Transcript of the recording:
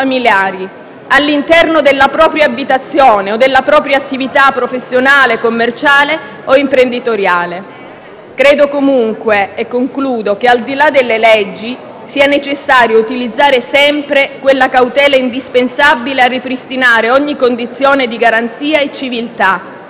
all'interno della propria abitazione o attività professionale, commerciale o imprenditoriale. Credo comunque che, al di là delle leggi, sia necessario utilizzare sempre quella cautela indispensabile a ripristinare ogni condizione di garanzia e civiltà,